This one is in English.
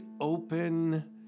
open